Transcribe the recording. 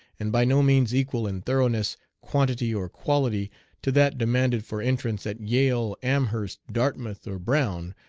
and by no means equal in thoroughness, quantity, or quality to that demanded for entrance at yale, amherst, dartmouth, or brown,